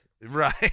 Right